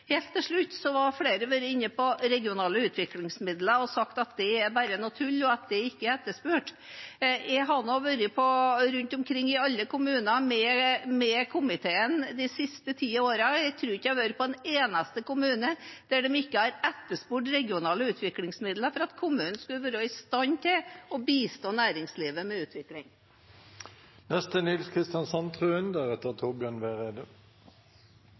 Helt til slutt: Flere har vært inne på regionale utviklingsmidler og sagt at det bare er noe tull, og at det ikke er etterspurt. Jeg har vært rundt omkring i alle kommuner med komiteen de siste ti årene, og jeg tror ikke jeg har vært i en eneste kommune der de ikke har etterspurt regionale utviklingsmidler for at kommunen skal være i stand til å bistå næringslivet med